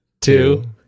two